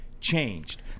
changed